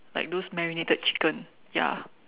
like those marinated chicken ya